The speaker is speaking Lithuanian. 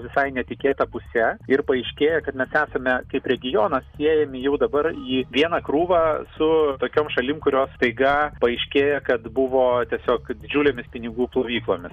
visai netikėta puse ir paaiškėja kad mes esame kaip regionas siejami jau dabar į vieną krūvą su tokiom šalim kurios staiga paaiškėja kad buvo tiesiog didžiulėmis pinigų plovyklomis